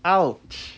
!ouch!